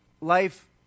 life